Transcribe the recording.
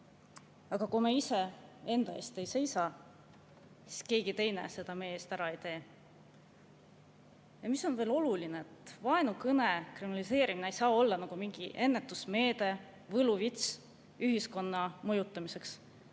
Aga kui me iseenda eest ei seisa, siis keegi teine seda meie eest ei tee. Mis on veel oluline: vaenukõne kriminaliseerimine ei saa olla nagu mingi ennetusmeede, võluvits ühiskonna mõjutamiseks.